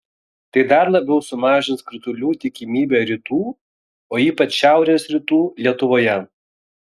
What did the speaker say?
tai dar labiau sumažins kritulių tikimybę rytų o ypač šiaurės rytų lietuvoje